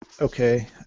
Okay